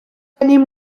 gennym